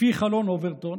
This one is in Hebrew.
לפני חלון אוברטון,